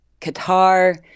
Qatar